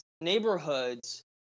neighborhoods